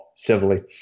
Civilly